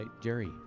Jerry